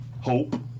Hope